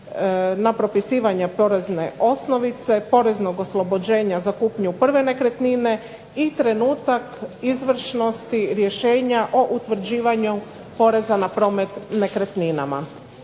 na propisivanje porezne osnovice, poreznog oslobođenja za kupnju prve nekretnine i trenutak izvršnosti rješenja o utvrđivanju poreza na promet nekretninama.